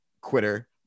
quitter